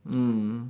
mm